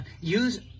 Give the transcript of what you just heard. Use